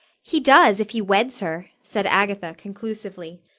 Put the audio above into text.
he does, if he weds her, said agatha, conclusively.